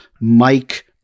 Mike